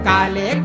Kale